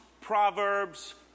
proverbs